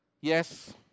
Yes